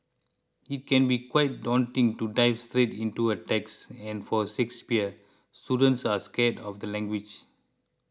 it can be quite daunting to dive straight into a text and for Shakespeare students are scared of the language